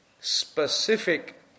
specific